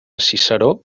ciceró